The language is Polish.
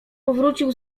powrócił